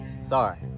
Sorry